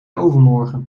overmorgen